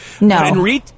No